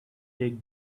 take